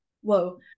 whoa